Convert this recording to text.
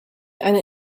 eine